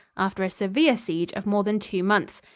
after a severe siege of more than two months.